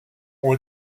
ont